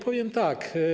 Powiem tak.